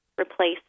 replace